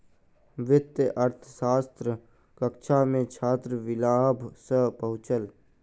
वित्तीय अर्थशास्त्रक कक्षा मे छात्र विलाभ सॅ पहुँचल